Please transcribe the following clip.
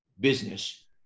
business